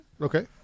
Okay